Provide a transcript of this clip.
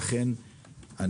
לכן,